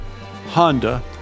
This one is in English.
Honda